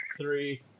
three